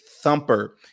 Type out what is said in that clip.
thumper